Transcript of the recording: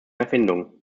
erfindung